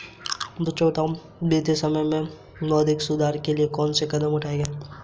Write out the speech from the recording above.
बच्चों बताओ बीते समय में मौद्रिक सुधार के लिए कौन से कदम उठाऐ गए है?